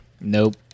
nope